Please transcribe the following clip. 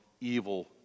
evil